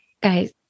guys